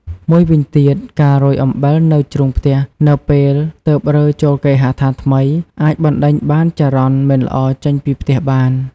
មួយវិញទៀត ការរោយអំបិលនៅជ្រុងផ្ទះ នៅពេលទើបរើចូលគេហដ្ឋានថ្មី អាចបណ្ដេញបានចរន្តមិនល្អចេញពីផ្ទះបាន។